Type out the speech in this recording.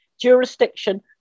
jurisdiction